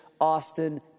Austin